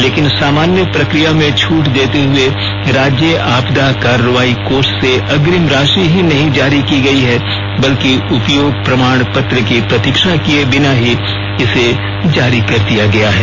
लेकिन सामान्य प्रक्रिया में छूट देते हुए राज्य आपदा कार्रवाई कोष से अग्रिम राशि ही नहीं जारी की गई है बल्कि उपयोग प्रमाण पत्र की प्रतीक्षा किये बिना ही इसे जारी कर दिया गया है